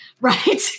right